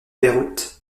beyrouth